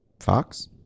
Fox